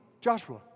Joshua